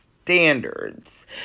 standards